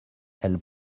elles